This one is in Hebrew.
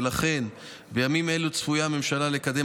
ולכן בימים אלו צפויה הממשלה לקדם